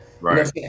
Right